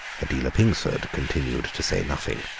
adela pingsford continued to say nothing.